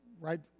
right